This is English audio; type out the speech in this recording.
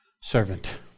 servant